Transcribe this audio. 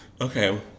Okay